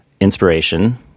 inspiration